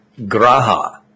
Graha